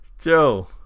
Joe